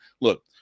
look